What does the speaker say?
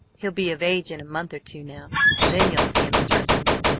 he'll be of age in a month or two now, and then you'll see him start something!